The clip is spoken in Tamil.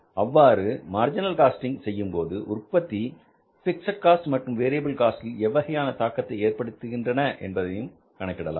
அவ்வாறு மார்ஜினல் காஸ்டிங் செய்யும்போது உற்பத்தி பிக்ஸட் காஸ்ட் மற்றும் வேரியபில் காஸ்டில் எவ்வகையான தாக்கத்தை ஏற்படுத்துகின்றன என்றும் கணக்கிடலாம்